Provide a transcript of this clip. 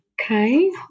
Okay